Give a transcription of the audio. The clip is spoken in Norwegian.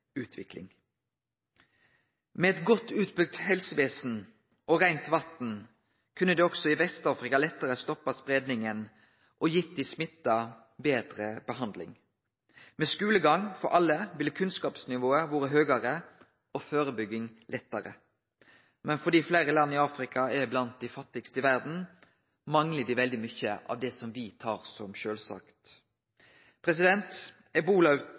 eit godt utbygt helsevesen og reint vatn kunne dei også i Vest-Afrika lettare stoppa spreiinga og gitt dei smitta betre behandling. Med skulegang for alle ville kunnskapsnivået vore høgare og førebygging vore lettare. Men fordi fleire land i Afrika er blant dei fattigaste i verda, manglar dei veldig mykje av det som